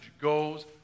goes